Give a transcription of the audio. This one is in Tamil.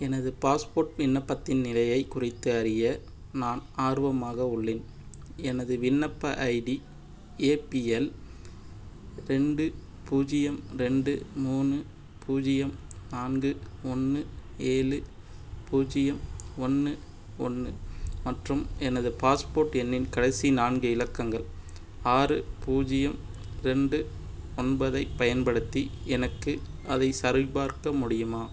எனது பாஸ்போர்ட் விண்ணப்பத்தின் நிலையை குறித்து அறிய நான் ஆர்வமாக உள்ளேன் எனது விண்ணப்ப ஐடி ஏ பி எல் ரெண்டு பூஜ்ஜியம் ரெண்டு மூணு பூஜ்ஜியம் நான்கு ஒன்று ஏழு பூஜ்ஜியம் ஒன்று ஒன்று மற்றும் எனது பாஸ்போர்ட் எண்ணின் கடைசி நான்கு இலக்கங்கள் ஆறு பூஜ்ஜியம் ரெண்டு ஒன்பதைப் பயன்படுத்தி எனக்கு அதைச் சரிபார்க்க முடியுமா